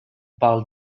parle